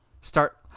start